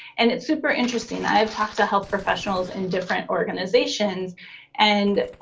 and it's super interesting i've talked to health professionals in different organizations and